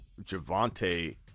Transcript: Javante